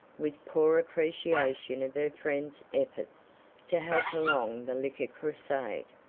with poor appreciation of her friend's efforts to help along the liquor crusade.